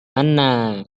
mana